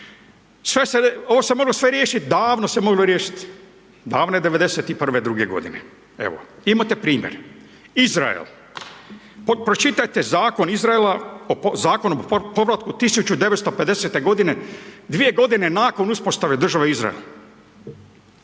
Sve se, ovo se moglo sve riješit, davno se moglo riješit, davno je 91.-ve, 92.-ge godine. Evo, imate primjer, Izrael. Pročitajte Zakon Izraela, Zakon o povratku 1950.-te godine, dvije godine nakon uspostave države Izrael.